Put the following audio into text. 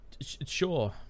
Sure